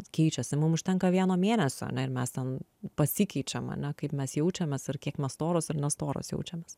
keičiasi mum užtenka vieno mėnesio ane ir mes ten pasikeičiam ane kaip mes jaučiamės ir kiek mes storos ar ne storos jaučiamės